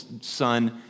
son